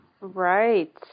right